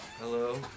Hello